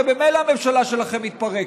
הרי ממילא הממשלה שלכם מתפרקת.